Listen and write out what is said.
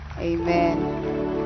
Amen